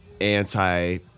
anti-